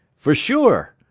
for sure.